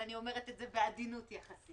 ואני אומרת את זה בעדינות יחסית.